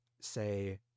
say